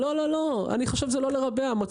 אני לא חושב שזה לרבע את המעגל,